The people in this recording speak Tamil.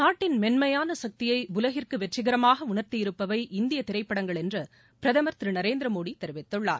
நாட்டின் மென்மையான சக்தியை உலகுக்கு வெற்றிகரமாக உணர்த்தியிருப்பவை இந்திய திரைப்படங்கள் என்று பிரதமர் திரு நரேந்திர மோடி தெரிவித்துள்ளார்